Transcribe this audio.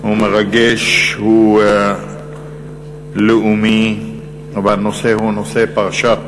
הוא מרגש, הוא לאומי, והנושא הוא נושא פרשת